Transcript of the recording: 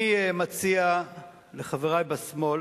אני מציע לחברי בשמאל